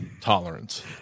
tolerance